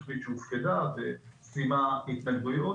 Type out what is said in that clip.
כפי שהופקדה עם ההתנגדויות,